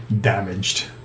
damaged